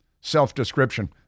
Self-description